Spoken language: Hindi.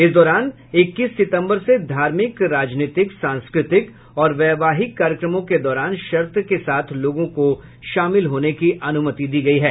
इस दौरान इक्कीस सितम्बर से धार्मिक राजनीतिक सांस्कृतिक और वैवाहिक कार्यक्रमों के दौरान शर्त के साथ लोगों को शामिल होने की अनुमति दी गयी है